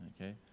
Okay